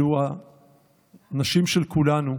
אלו הנשים של כולנו,